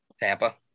Tampa